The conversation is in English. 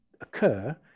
occur